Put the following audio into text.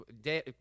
day